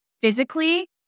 physically